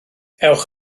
ewch